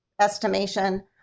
estimation